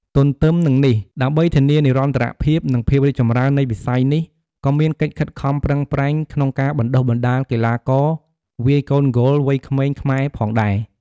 ទទ្ទឹមនឹងនេះ ដើម្បីធានានិរន្តរភាព និងភាពរីកចម្រើននៃវិស័យនេះ ក៏មានកិច្ចខិតខំប្រឹងប្រែងក្នុងការបណ្ដុះបណ្ដាលកីឡាករវាយកូនហ្គោលវ័យក្មេងខ្មែរផងដែរ។